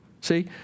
See